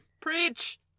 Preach